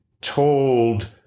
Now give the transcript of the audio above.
told –